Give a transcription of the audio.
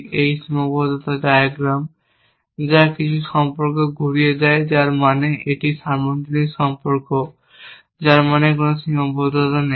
এই সীমাবদ্ধতা ডায়াগ্রাম যা কিছু সম্পর্কে ঘুরিয়ে দেয় যার মানে এটি একটি সার্বজনীন সম্পর্ক যার মানে কোন সীমাবদ্ধতা নেই